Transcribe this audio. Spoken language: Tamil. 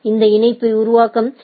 இந்த இணைப்பை உருவாக்கும் ஏ